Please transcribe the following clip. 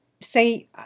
say